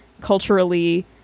culturally-